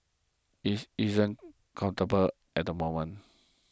it isn't comfortable at the moment